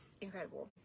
Incredible